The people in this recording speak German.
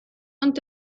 und